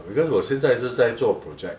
because 我现在是在做 project